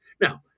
Now